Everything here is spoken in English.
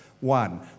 one